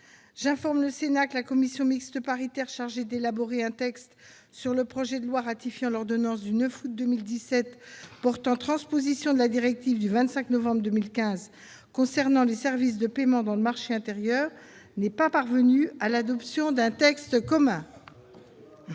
J'informe le Sénat que la commission mixte paritaire chargée d'élaborer un texte sur le projet de loi (n° 349) ratifiant l'ordonnance du 9 août 2017 portant transposition de la directive du 25 novembre 2015 concernant les services de paiement dans le marché intérieur n'est pas parvenue à l'adoption d'un texte commun.